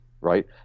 Right